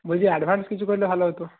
বলছি অ্যাডভান্স কিছু করলে ভালো হতো